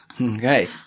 Okay